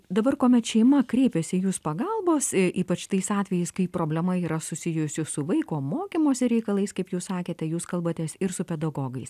dabar kuomet šeima kreipiasi į jus pagalbos ypač tais atvejais kai problema yra susijusi su vaiko mokymosi reikalais kaip jūs sakėte jūs kalbatės ir su pedagogais